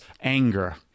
anger